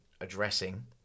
addressing